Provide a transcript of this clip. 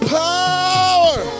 power